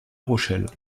rochelle